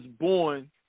born